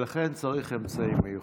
ולכן צריך אמצעים מיוחדים.